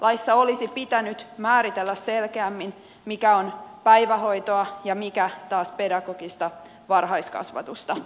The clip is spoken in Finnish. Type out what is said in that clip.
laissa olisi pitänyt määritellä selkeämmin mikä on päivähoitoa ja mikä taas pedagogista varhaiskasvatusta